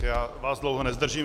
Já vás dlouho nezdržím.